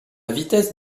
vitesse